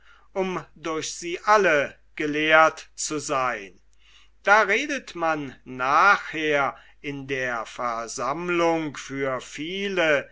um durch sie alle gelehrt zu seyn da redet man nachher in der versammlung für viele